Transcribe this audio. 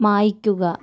മായ്ക്കുക